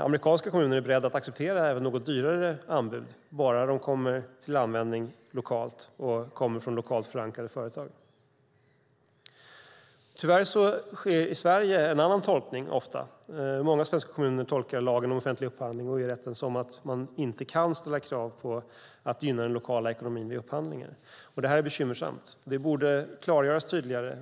amerikanska kommuner är beredda att acceptera även något dyrare anbud bara de kommer till användning lokalt och kommer från lokalt förankrade företag. Tyvärr sker i Sverige ofta en annan tolkning. Många svenska kommuner tolkar lagen om offentlig upphandling och EU-rätten som att man vid upphandlingar inte kan ställa krav på att den lokala ekonomin ska gynnas. Detta är bekymmersamt. Det borde klargöras tydligare.